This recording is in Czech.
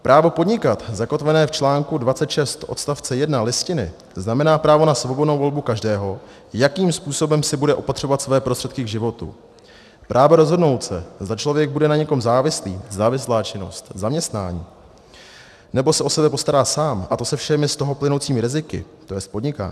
Právo podnikat zakotvené v článku 26 odst. 1 Listiny znamená právo na svobodnou volbu každého, jakým způsobem si bude opatřovat své prostředky k životu, právo rozhodnout se, zda člověk bude na někom závislý, závislá činnost, zaměstnání, nebo se o sebe postará sám, a to se všemi z toho plynoucími riziky, tj. podnikání.